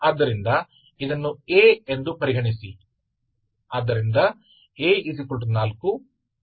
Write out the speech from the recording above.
ಆದ್ದರಿಂದ ಇದನ್ನು A ಎಂದು ಪರಿಗಣಿಸಿ